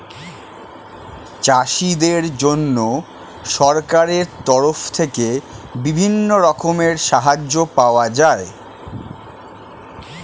চাষীদের জন্য সরকারের তরফ থেকে বিভিন্ন রকমের সাহায্য পাওয়া যায়